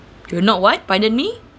you not what pardon me